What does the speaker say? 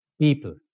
people